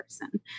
person